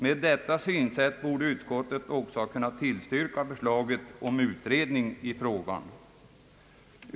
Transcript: Med detta synsätt borde utskottet också ha kunnat tillstyrka förslaget om utredning i frågan.